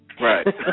Right